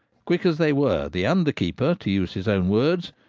quick as they were, the under keeper, to use his own words,